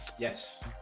Yes